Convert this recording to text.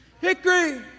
Hickory